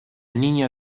niña